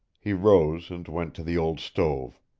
he rose and went to the old stove.